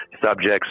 subjects